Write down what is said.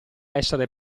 essere